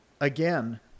again